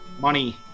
money